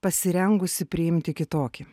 pasirengusi priimti kitokį